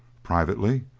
privately,